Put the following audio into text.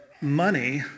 money